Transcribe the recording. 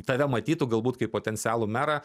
tave matytų galbūt kaip potencialų merą